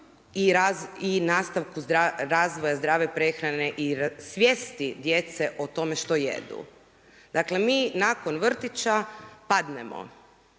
i nastavku razvoja zdrave prehrane i svijesti djece o tome što jedu. Dakle mi nakon vrtića padnemo.